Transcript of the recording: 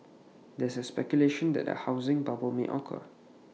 there is speculation that A housing bubble may occur